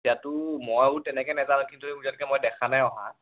ইয়াতো ময়ো তেনেকৈ নেজানো কিন্তু এতিয়ালৈকে মই দেখা নাই অহা